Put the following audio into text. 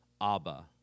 Abba